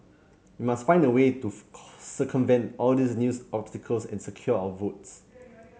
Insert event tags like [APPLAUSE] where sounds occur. we must find a way to [UNINTELLIGIBLE] circumvent all these news obstacles and secure our votes